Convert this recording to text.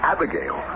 Abigail